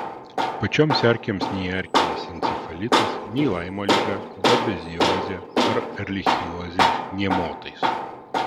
pačioms erkėms nei erkinis encefalitas nei laimo liga babeziozė ar erlichiozė nė motais